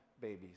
babies